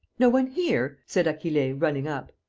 no one here? said achille, running up.